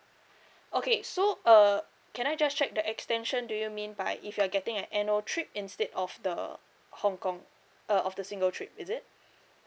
okay so uh can I just check the extension do you mean by if you're getting an annual trip instead of the hong kong uh of the single trip is it